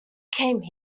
came